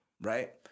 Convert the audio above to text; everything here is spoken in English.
right